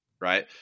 right